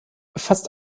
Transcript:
fast